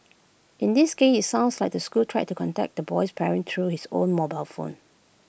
in this case IT sounds like the school tried to contact the boy's parents through his own mobile phone